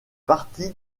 partie